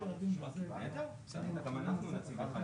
פחות או יותר למה אנחנו מתעתדים.